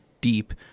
deep